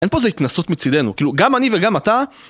אין פה איזה התנסות מצידנו, כאילו, גם אני וגם אתה...